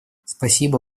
спасибо